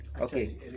okay